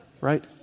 right